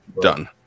done